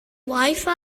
wifi